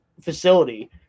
facility